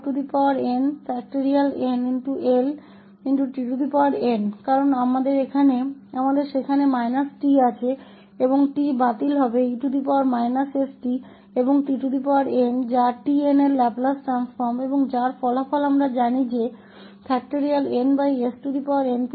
क्योंकि हमारे पास −𝑡 है और 𝑡 रद्द हो जाएगा इसलिए e st और tn जो tn का लाप्लास ट्रांसफॉर्म है और जिसे हम परिणाम जानते हैं जो n